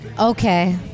Okay